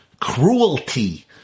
cruelty